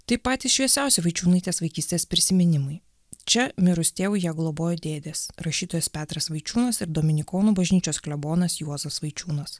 tai patys šviesiausi vaičiūnaitės vaikystės prisiminimai čia mirus tėvui ją globojo dėdės rašytojas petras vaičiūnas ir dominikonų bažnyčios klebonas juozas vaičiūnas